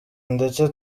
ndetse